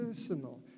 personal